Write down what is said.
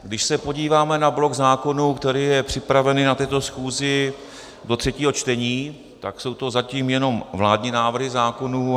Když se podíváme na blok zákonů, který je připravený na této schůzi do třetího čtení, tak jsou to zatím jenom vládní návrhy zákonů.